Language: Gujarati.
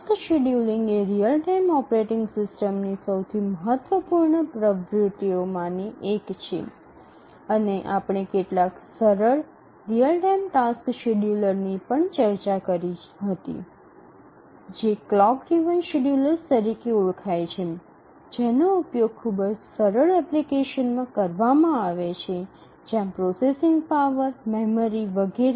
ટાસ્ક શેડ્યૂલિંગ એ રીઅલ ટાઇમ ઓપરેટિંગ સિસ્ટમની સૌથી મહત્વપૂર્ણ પ્રવૃત્તિઓમાંની એક છે અને આપણે કેટલાક સરળ રીઅલ ટાઇમ ટાસ્ક શેડ્યુલરની પણ ચર્ચા કરી હતી જે ક્લોક ડ્રિવન શેડ્યૂલર્સ તરીકે ઓળખાય છે જેનો ઉપયોગ ખૂબ જ સરળ એપ્લિકેશનમાં કરવામાં આવે છે જ્યાં પ્રોસેસિંગ પાવર મેમરી વગેરે